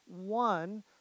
one